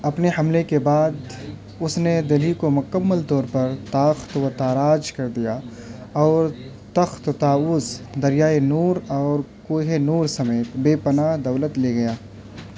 اپنے حملے کے بعد اس نے دہلی کو مکمل طور پر تاخت و تاراج کر دیا اور تخت طاؤس دریائے نور اور کوہ نور سمیت بے پناہ دولت لے گیا